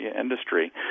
industry